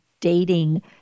dating